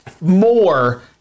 more